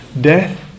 death